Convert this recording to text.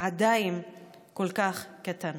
ועדיין כל כך קטן.